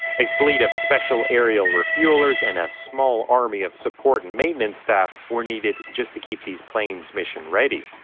a fleet of special aerial refuelers and a small army of support and maintenance staff were needed just to keep these planes mission ready.